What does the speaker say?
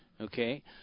Okay